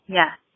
yes